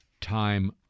time